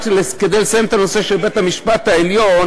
רק כדי לסיים את הנושא של בית-המשפט העליון.